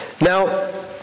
Now